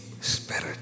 Spirit